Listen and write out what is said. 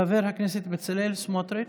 חבר הכנסת בצלאל סמוטריץ',